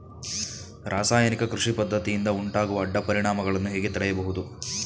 ರಾಸಾಯನಿಕ ಕೃಷಿ ಪದ್ದತಿಯಿಂದ ಉಂಟಾಗುವ ಅಡ್ಡ ಪರಿಣಾಮಗಳನ್ನು ಹೇಗೆ ತಡೆಯಬಹುದು?